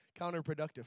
counterproductive